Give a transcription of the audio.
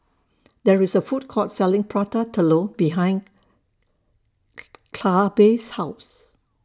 There IS A Food Court Selling Prata Telur behind Clabe's House